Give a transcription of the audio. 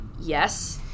Yes